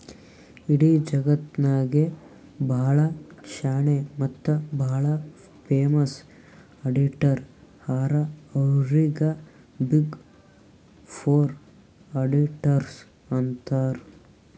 ಇಡೀ ಜಗತ್ನಾಗೆ ಭಾಳ ಶಾಣೆ ಮತ್ತ ಭಾಳ ಫೇಮಸ್ ಅಡಿಟರ್ ಹರಾ ಅವ್ರಿಗ ಬಿಗ್ ಫೋರ್ ಅಡಿಟರ್ಸ್ ಅಂತಾರ್